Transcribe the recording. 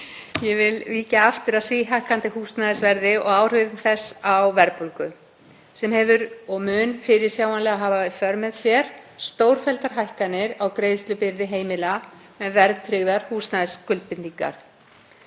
Ég vil víkja aftur að síhækkandi húsnæðisverði og áhrifum þess á verðbólgu sem mun fyrirsjáanlega hafa í för með sér stórfelldar hækkanir á greiðslubyrði heimila með verðtryggðar húsnæðisskuldbindingar.